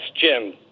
Jim